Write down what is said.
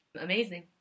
amazing